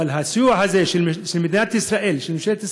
אבל הסיוע הזה, של מדינת ישראל, של ממשלת ישראל,